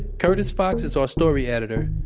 curtis fox is our story editor,